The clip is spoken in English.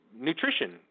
nutrition